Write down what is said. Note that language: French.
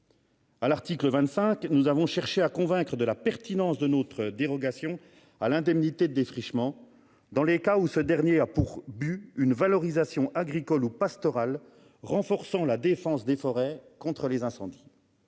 À l'article 25, nous avons cherché à convaincre de la pertinence de notre dérogation à l'indemnité de défrichement dans les cas où celui-ci est réalisé dans un but de valorisation agricole ou pastorale renforçant la défense des forêts contre les incendies.